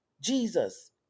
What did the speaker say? Jesus